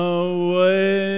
away